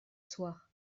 soir